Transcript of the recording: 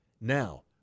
Now